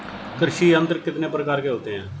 कृषि यंत्र कितने प्रकार के होते हैं?